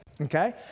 okay